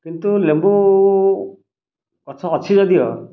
କିନ୍ତୁ ଲେମ୍ବୁ ଗଛ ଅଛି ଯଦିଓ